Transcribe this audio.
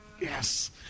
yes